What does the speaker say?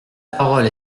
parole